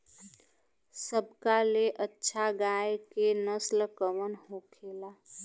सबका ले अच्छा गाय के नस्ल कवन होखेला?